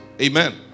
Amen